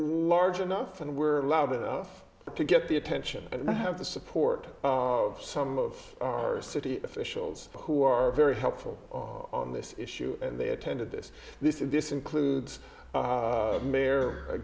large enough and were loud enough to get the attention and i have the support of some of our city officials who are very helpful on this issue and they attended this this and this includes mayor